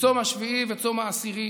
וצום השביעי וצום העשירי